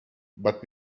but